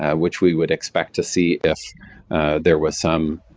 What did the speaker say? which we would expect to see if there was some